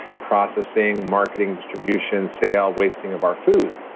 processing, marketing, distribution, sale, wasting of our food.